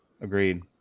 Agreed